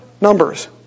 numbers